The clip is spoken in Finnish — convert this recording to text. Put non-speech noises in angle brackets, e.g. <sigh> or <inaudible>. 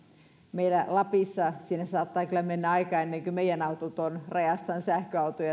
meillä lapissa siinä saattaa kyllä mennä aikaa ennen kuin meidän autot ovat rajastaan sähköautoja <unintelligible>